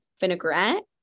vinaigrette